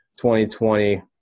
2020